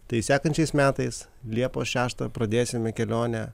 tai sekančiais metais liepos šeštą pradėsime kelionę